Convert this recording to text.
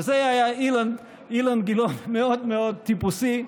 זה היה אילן גילאון מאוד מאוד טיפוסי,